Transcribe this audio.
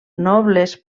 nobles